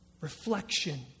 reflection